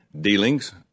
dealings